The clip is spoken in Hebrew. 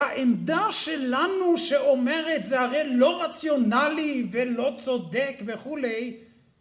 העמדה שלנו שאומרת זה הרי לא רציונלי ולא צודק וכולי